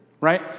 right